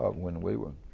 ah when we were